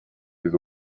des